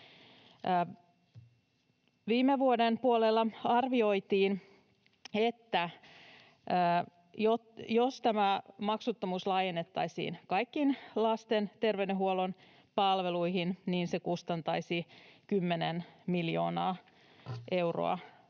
Viime vuoden puolella arvioitiin, että jos tämä maksuttomuus laajennettaisiin kaikkiin lasten terveydenhuollon palveluihin, niin se kustantaisi 10 miljoonaa euroa